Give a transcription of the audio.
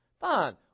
fine